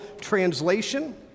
Translation